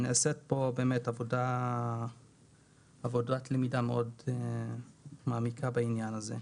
נעשית פה באמת עבודת למידה מאוד מעמיקה בעניין הזה.